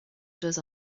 does